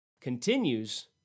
continues